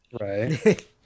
Right